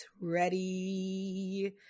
ready